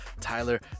tyler